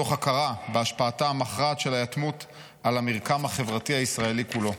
תוך הכרה בהשפעתה המכרעת של היתמות על המרקם החברתי הישראלי כולו.